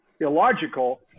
illogical